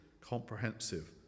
comprehensive